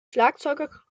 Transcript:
schlagzeuger